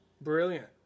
Brilliant